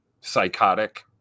Psychotic